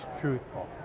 truthful